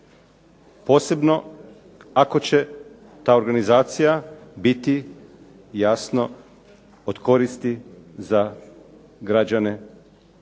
Posebno ako će ta organizacija biti jasno od koristi za građane,